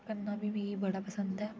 करना बी मिगी बड़ा पसंद ऐ